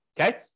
okay